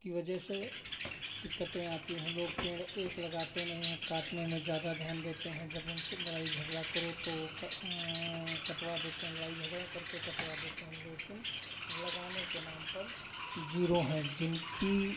की वजह से दिक्कतें आती हैं लोग पेड़ एक लगाते नहीं हैं काटने में ज़्यादा ध्यान देते हैं जब उनसे लड़ाई झगड़ा करो तो ओ कटवा देते हैं लड़ाई झगड़ा करके कटवा देते हैं लेकिन लगाने के नाम पर ज़ीरो हैं जिनकी